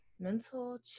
mental